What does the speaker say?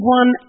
one